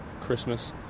Christmas